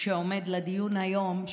שעומד לדיון היום,